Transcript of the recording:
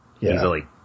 easily